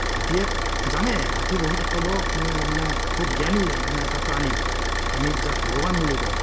হাতীয়ে জানে হাতী বহুত সৰ্ব মানে মানে খুব মানে জ্ঞানী এটা প্ৰাণী আমি যাক ভগৱান বুলি কওঁ